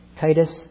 Titus